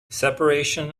separation